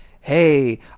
hey